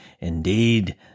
Indeed